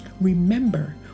Remember